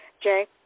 Jay